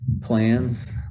plans